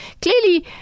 clearly